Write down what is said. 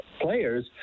players